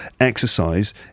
exercise